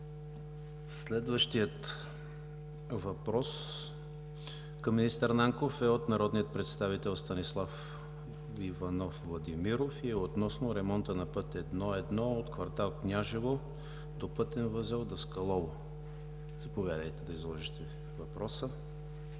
Следващият въпрос към министър Нанков е от народния представител Станислав Иванов Владимиров, и е относно ремонта на път I-1 от кв. „Княжево“ до пътен възел Даскалово. Заповядайте да изложите въпроса.